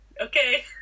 okay